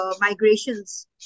migrations